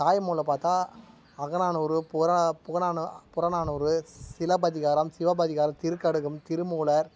தாய்மொழிலப் பார்த்தா அகநானூறு புற புகநானூ புறநானூறு சிலப்பதிகாரம் சிவப்பதிகாரம் திரிகடுகம் திருமூலர்